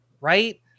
right